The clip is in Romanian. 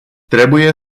trebuie